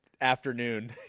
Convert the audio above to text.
afternoon